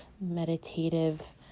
meditative